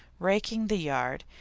raking the yard,